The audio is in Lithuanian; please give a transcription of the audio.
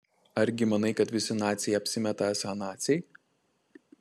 argi manai kad visi naciai apsimetė esą naciai